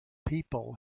people